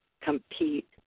compete